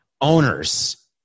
owners